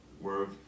work